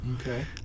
Okay